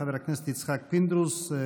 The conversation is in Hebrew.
חבר הכנסת יצחק פינדרוס,